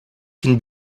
can